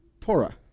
Torah